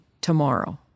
tomorrow